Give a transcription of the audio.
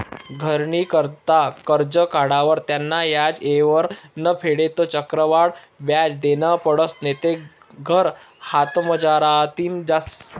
घरनी करता करजं काढावर त्यानं व्याज येयवर नै फेडं ते चक्रवाढ व्याज देनं पडसं नैते घर हातमझारतीन जास